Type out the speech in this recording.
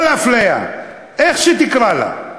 כל אפליה, איך שתקרא לה,